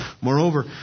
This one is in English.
Moreover